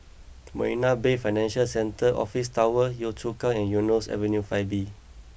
Marina Bay Financial Centre Office Tower Yio Chu Kang and Eunos Avenue Five B